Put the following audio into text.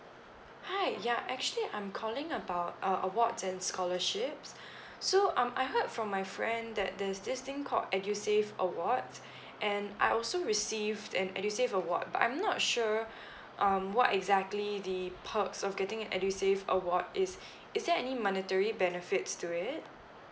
hi ya actually I'm calling about uh awards and scholarships so um I heard from my friend that there's this thing called edusave awards and I also received an edusave award but I'm not sure um what exactly the perks of getting an edusave award is is there any monetary benefits to it